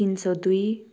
तिन सय दुई